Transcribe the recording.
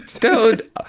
Dude